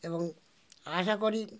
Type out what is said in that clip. এবং আশা করি